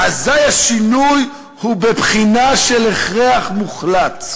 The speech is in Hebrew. אזי השינוי הוא בבחינה של הכרח מוחלט.